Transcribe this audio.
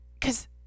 cause